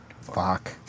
Fuck